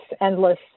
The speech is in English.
endless